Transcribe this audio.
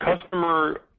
customer